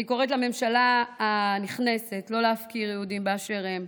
אני קוראת לממשלה הנכנסת לא להפקיר יהודים באשר הם.